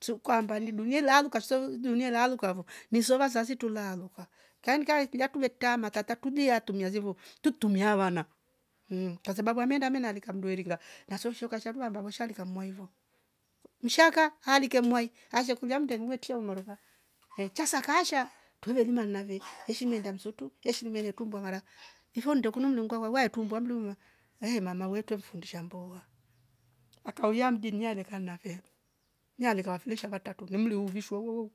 sukwa mbali dunila lukaso dunielalu ukavo nisova zazitulaloka kaenkae gulia kutektuvektama tata tubia tumia zevo tuktuk wana mmh kwasababu ameenda amenda alika mndweli glaa na shunshu kashadua ambova likamwaivo. nsahaka alike mwai aanze kujam ndemwe tio umoroka ehh chasa kaasha tuvelina nnave hesimu eenda msutu eshime herukum mbwamara ifo ndo kun niungwa wawaya tumbua amdunga ehh na mawerte mfungisha mboa. akauia mjini nyia leka mnafe nyia leka filisha vartatuv ni mlu uvishwo uouo